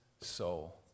soul